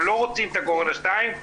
אנחנו לא רוצים את הקורונה שתיים.